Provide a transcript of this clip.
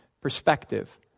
perspective